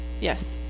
Yes